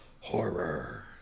horror